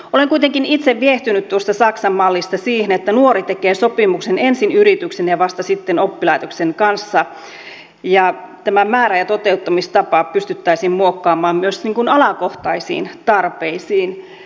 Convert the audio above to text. olen kuitenkin itse viehtynyt tuossa saksan mallissa siihen että nuori tekee sopimuksen ensin yrityksen ja vasta sitten oppilaitoksen kanssa ja tämä määrä ja toteuttamistapa pystyttäisiin muokkaamaan myös alakohtaisiin tarpeisiin